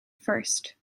first